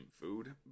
food